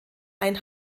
ein